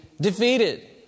defeated